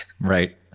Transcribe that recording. Right